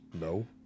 No